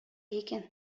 икән